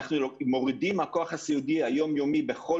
אנחנו מורידים מהכוח הסיעודי היומיומי בכל